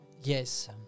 Yes